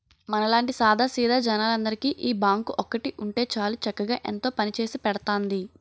మనలాంటి సాదా సీదా జనాలందరికీ ఈ బాంకు ఒక్కటి ఉంటే చాలు చక్కగా ఎంతో పనిచేసి పెడతాంది